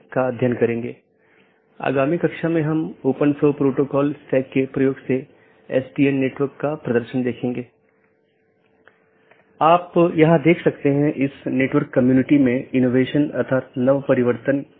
इसका मतलब है कि यह एक प्रशासनिक नियंत्रण में है जैसे आईआईटी खड़गपुर का ऑटॉनमस सिस्टम एक एकल प्रबंधन द्वारा प्रशासित किया जाता है यह एक ऑटॉनमस सिस्टम हो सकती है जिसे आईआईटी खड़गपुर सेल द्वारा प्रबंधित किया जाता है